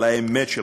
על האמת שלך,